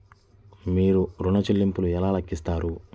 మీరు ఋణ ల్లింపులను ఎలా లెక్కిస్తారు?